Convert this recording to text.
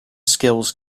skills